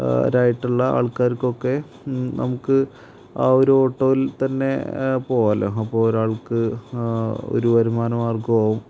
രായിട്ടുള്ള ആൾക്കാർക്കൊക്കെ നമുക്ക് ആ ഒരു ഓട്ടോയിൽ തന്നെ പോവാമല്ലോ അപ്പോള് ഒരാൾക്ക് ഒരു വരുമാനമാർഗ്ഗവും ആവും